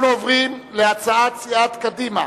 אנחנו עוברים להצעת סיעת קדימה.